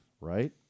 right